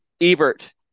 Ebert